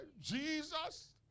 Jesus